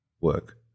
work